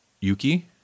Yuki